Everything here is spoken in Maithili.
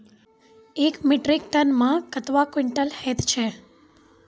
एक मीट्रिक टन मे कतवा क्वींटल हैत छै?